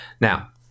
Now